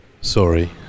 Sorry